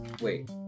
wait